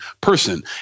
person